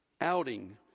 outing